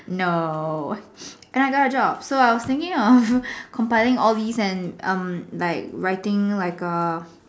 no and I got a job so I was thinking of complying all these and like writing like a